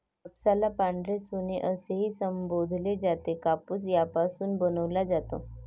कापसाला पांढरे सोने असेही संबोधले जाते, कापूस यापासून बनवला जातो